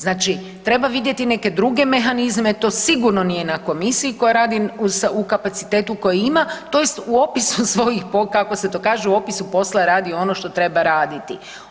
Znači, treba vidjeti neke druge mehanizme, to sigurno nije na komisiji koja radi u kapacitetu koji ima, tj. u opisu svojih, kako se to kaže, u opisu posla radi ono što treba raditi.